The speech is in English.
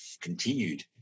continued